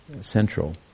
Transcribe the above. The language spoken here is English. central